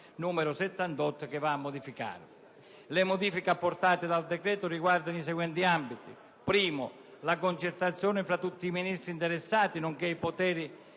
n. 78, che va a modificare. Le modifiche apportate dal decreto riguardano i seguenti ambiti: innanzitutto la concertazione fra tutti i Ministri interessati, nonché i poteri